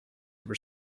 were